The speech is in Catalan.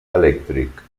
elèctric